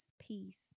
peace